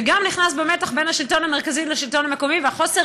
וגם נכנס המתח בין השלטון המרכזי לשלטון המקומי וחוסר